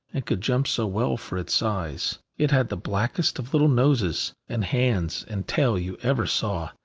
and could jump so well for its size. it had the blackest of little noses and hands and tail you ever saw,